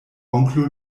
onklo